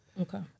Okay